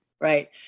right